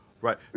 Right